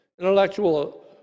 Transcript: intellectual